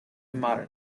modern